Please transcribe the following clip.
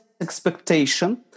expectation